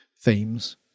themes